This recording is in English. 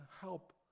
help